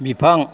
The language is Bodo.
बिफां